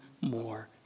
more